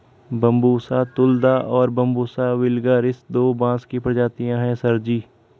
Bambusa tulda और Bambusa vulgaris दो बांस की प्रजातियां हैं सर जी